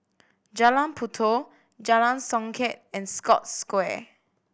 Jalan Puyoh Jalan Songket and Scotts Square